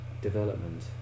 development